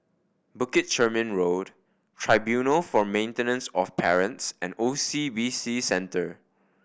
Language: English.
Bukit Chermin Road Tribunal for Maintenance of Parents and O C B C Center